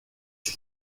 que